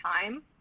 time